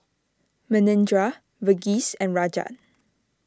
Manindra Verghese and Rajat